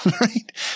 right